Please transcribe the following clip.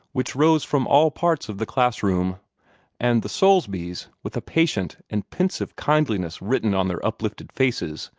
which rose from all parts of the class-room and the soulsbys, with a patient and pensive kindliness written on their uplifted faces,